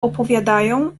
opowiadają